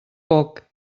poc